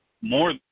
more